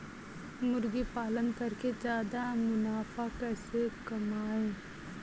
मुर्गी पालन करके ज्यादा मुनाफा कैसे कमाएँ?